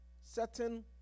certain